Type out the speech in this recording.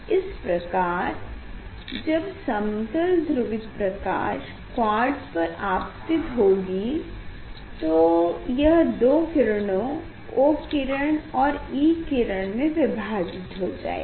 इस प्रकार जब समतल ध्रुवित प्रकाश क्वार्ट्ज़ पर आपतित होगी तो यह दो किरणों O किरण और E किरण में विभाजित हो जाएगी